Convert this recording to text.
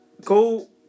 Go